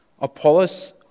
Apollos